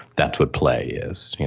that's what play is.